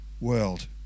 world